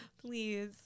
Please